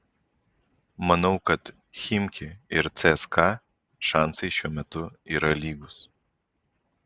manau kad chimki ir cska šansai šiuo metu yra lygūs